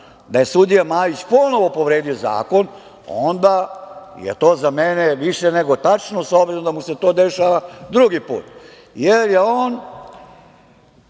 da je sudija Majić ponovo povredio zakon, onda je to za mene više nego tačno, s obzirom da mu se to dešava drugi put. On je u